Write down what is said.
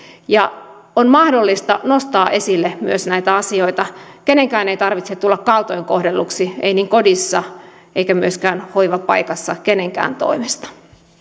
on mahdollista nostaa esille myös näitä asioita kenenkään ei tarvitse tulla kaltoin kohdelluksi ei kodissa eikä myöskään hoivapaikassa kenenkään toimesta